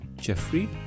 Jeffrey